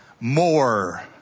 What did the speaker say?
more